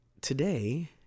today